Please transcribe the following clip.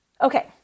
Okay